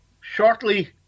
Shortly